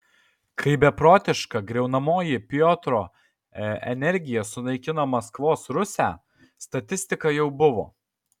kai beprotiška griaunamoji piotro energija sunaikino maskvos rusią statistika jau buvo